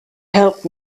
helped